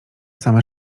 same